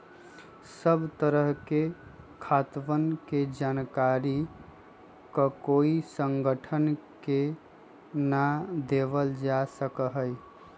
सब तरह के खातवन के जानकारी ककोई संगठन के ना देवल जा सका हई